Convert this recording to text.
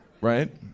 right